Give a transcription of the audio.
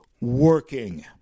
working